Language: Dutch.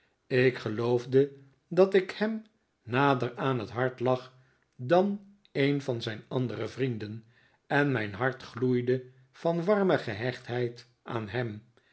ik geloofde dat ik hem nader aan het hart lag dan een van zijn andere vrienden en mijn hart gloeide van warme gehechtheid aan hem